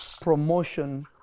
promotion